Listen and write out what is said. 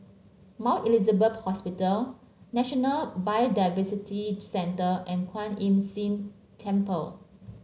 Mount Elizabeth Hospital National Biodiversity Centre and Kwan Imm Seen Temple